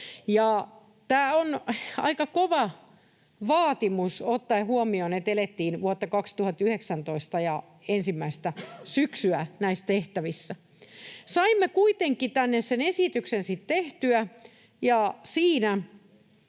Tämä oli aika kova vaatimus ottaen huomioon, että elettiin vuotta 2019 ja ensimmäistä syksyä näissä tehtävissä. Saimme kuitenkin tänne sen esityksen tehtyä,